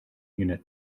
unit